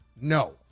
no